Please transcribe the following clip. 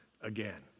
again